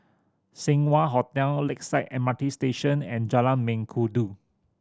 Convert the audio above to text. Seng Wah Hotel Lakeside M R T Station and Jalan Mengkudu